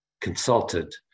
consulted